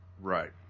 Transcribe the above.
Right